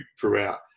throughout